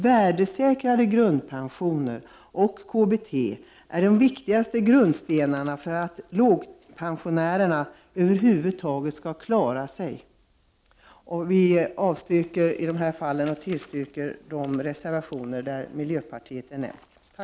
Värdesäkrare grundpensioner och KBT är de viktigaste grundstenarna för att pensionärer med låg pension över huvud taget skall klara sig. Vi avstyrker alltså dessa förslag och tillstyrker bifall till de reservationer där miljöpartiet är med.